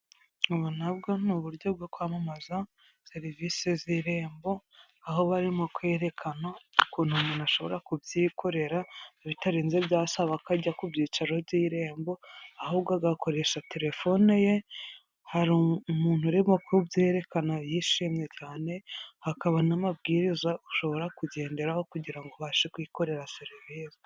Ubu nabwo ni uburyo bwo kwamamaza serivise z'irembo, aho barimo kwerekana ukuntu umuntu ashobora kubyikorera bitarinze byasaba ko ajya ku byicaro by'irembo, ahubwo agakoresha telefone ye. Hari umuntu urimo kubyerekana yishimye cyane, hakaba n'amabwiriza ushobora kugenderaho kugira ngo ubashe kwikorera serivise.